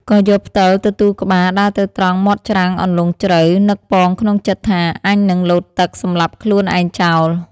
ក៏យកផ្ដិលទទួលក្បាលដើរទៅត្រង់មាត់ច្រាំងអន្លង់ជ្រៅនឹកប៉ងក្នុងចិត្ដថា “អញនឹងលោតទឹក សំលាប់ខ្លួនឯងចោល។